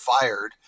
fired